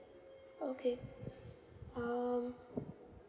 okay um